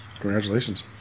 congratulations